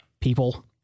people